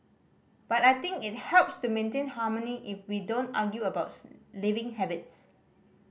but I think it helps to maintain harmony if we don't argue about living habits